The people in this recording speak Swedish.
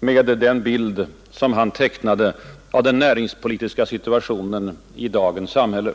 i den bild som han tecknade av den näringspolitiska situationen i dagens samhälle.